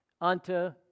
unto